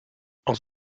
aus